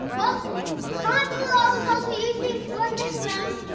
well comment below and tell us who you think won this round.